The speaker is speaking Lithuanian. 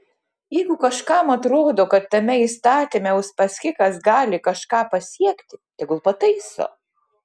jeigu kažkam atrodo kad tame įstatyme uspaskichas gali kažką pasiekti tegul pataiso